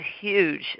huge